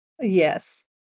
Yes